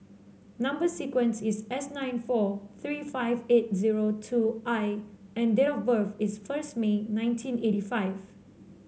number sequence is S nine four three five eight zero two I and date of birth is first May nineteen eight five